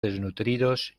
desnutridos